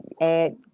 add